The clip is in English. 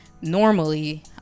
normally